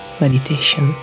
meditation